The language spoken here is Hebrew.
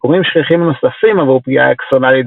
מיקומים שכיחים נוספים עבור פגיעה אקסונאלית